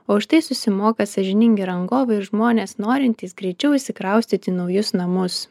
o už tai susimoka sąžiningi rangovai ir žmonės norintys greičiau įsikraustyti į naujus namus